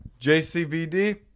JCVD